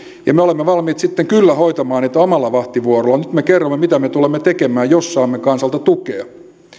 ja me olemme valmiit sitten kyllä hoitamaan niitä omalla vahtivuorollamme mutta nyt me kerromme mitä me tulemme tekemään jos saamme kansalta tukea